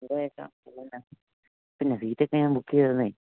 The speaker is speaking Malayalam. പിന്നെ സീറ്റൊക്കെ ഞാൻ ബുക്ക് ചെയ്തന്നേ